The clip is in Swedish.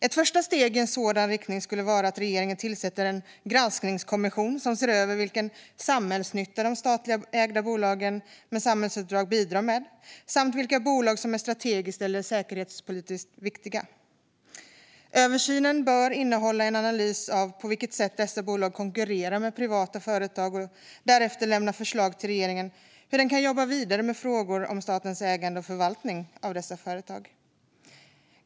Ett första steg i en sådan riktning skulle vara att regeringen tillsätter en granskningskommission som ser över vilken samhällsnytta de statligt ägda bolagen med samhällsuppdrag bidrar med samt vilka bolag som är strategiskt eller säkerhetspolitiskt viktiga. Översynen bör innehålla en analys av på vilket sätt dessa bolag konkurrerar med privata företag och därefter lämna förslag till regeringen hur den kan jobba vidare med frågor om statens ägande och förvaltning av dessa företag.